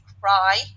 cry